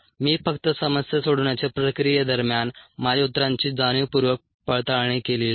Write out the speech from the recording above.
मी फक्त समस्या सोडवण्याच्या प्रक्रिये दरम्यान माझ्या उत्तरांची जाणीवपूर्वक पडताळणी केलेली नाही